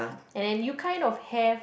and then you kind of have